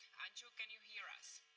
anju, can you hear us?